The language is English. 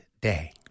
day